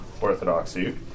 orthodoxy